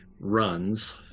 runs